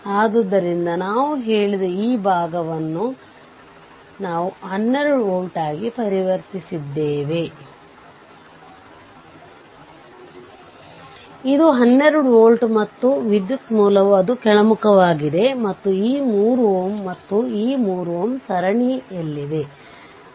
ಉದಾಹರಣೆಗೆ ವಿದ್ಯುತ್ ಮೂಲವನ್ನು ಸಹ ಟರ್ಮಿನಲ್ 1 ಮತ್ತು 2 ನಲ್ಲಿ ವೋಲ್ಟೇಜ್ ಅಥವಾ ವಿದ್ಯುತ್ ನಲ್ಲಿ ಸೇರಿಸಬಹುದು ಇದನ್ನು 20b ಯಲ್ಲಿ ತೋರಿಸಿದೆ ನಂತರ V0 ಮತ್ತು RThevenin V0 R0 ಕಂಡುಹಿಡಿಯಬಹುದು